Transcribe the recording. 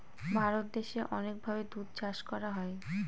ভারত দেশে অনেক ভাবে দুধ চাষ করা হয়